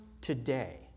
today